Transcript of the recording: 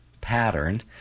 pattern